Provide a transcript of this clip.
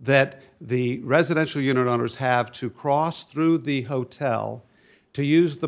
that the residential unit owners have to cross through the hotel to use the